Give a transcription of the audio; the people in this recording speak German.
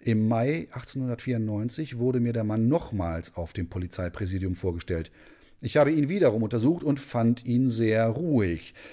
im mai wurde mir der mann nochmals auf dem polizeipräsidium vorgestellt ich habe ihn wiederum untersucht und fand ihn sehr ruhig